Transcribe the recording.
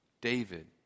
David